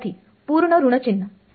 विद्यार्थी पूर्ण ऋण चिन्ह